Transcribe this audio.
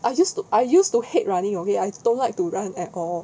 I used to I used to hate running okay I don't like to run at all